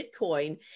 Bitcoin